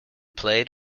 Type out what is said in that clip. played